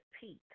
peak